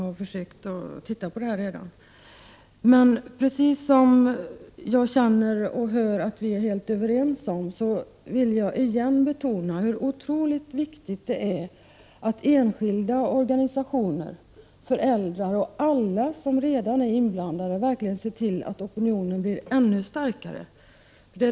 Jag hör att Margot Wallström och jag är helt överens, men jag vill återigen betona hur otroligt viktigt det är att enskilda organisationer, föräldrar och alla som redan är inblandade verkligen ser till att opinionen blir ännu starkare.